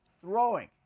throwing